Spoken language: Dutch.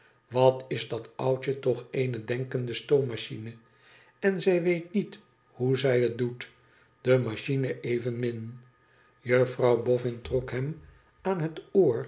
wat is dat oudje toch eene denkende stoommachine en zij weet niet hoe zij het doet de machine evenmin i jufirottw boffin trok hem aan het